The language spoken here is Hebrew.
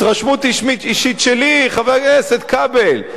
התרשמות אישית שלי, חבר הכנסת כבל.